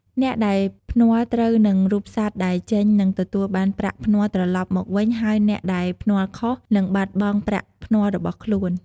អ្នកដែលភ្នាល់ត្រូវនឹងរូបសត្វដែលចេញនឹងទទួលបានប្រាក់ភ្នាល់ត្រឡប់មកវិញហើយអ្នកដែលភ្នាល់ខុស នឹងបាត់បង់ប្រាក់ភ្នាល់របស់ខ្លួន។